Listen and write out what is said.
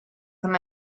their